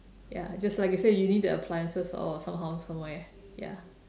ya just like you say you need the appliances or somehow somewhere ya